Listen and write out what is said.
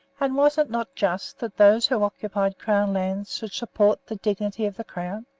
and was it not just that those who occupied crown lands should support the dignity of the crown?